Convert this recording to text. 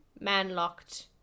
man-locked